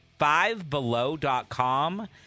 fivebelow.com